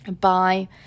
bye